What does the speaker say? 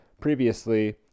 Previously